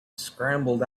scrambled